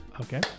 Okay